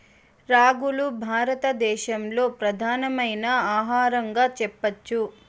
రాగులు భారత దేశంలో ప్రధానమైన ఆహారంగా చెప్పచ్చు